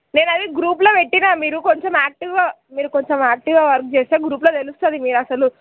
నేనది గ్రూప్లో వెట్టినా మీరు కొంచెం యాక్టీవ్గా మీరు కొంచెం యాక్టీవ్గా వర్క్ చేస్తే గ్రూప్లో తెలుస్తుంది మీరు అసలు